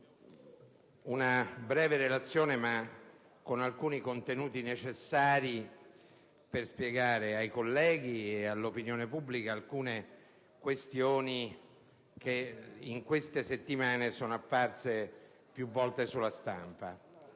una breve relazione evidenziando alcuni contenuti necessari per spiegare ai colleghi e all'opinione pubblica alcune questioni che in queste settimane sono apparse più volte sulla stampa.